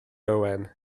owen